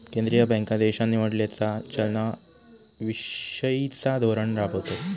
केंद्रीय बँका देशान निवडलेला चलना विषयिचा धोरण राबवतत